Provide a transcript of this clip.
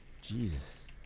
Jesus